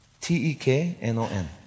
T-E-K-N-O-N